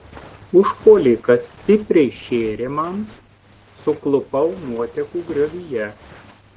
užpuolikas stipriai šėrė man suklupau nuotekų griovyje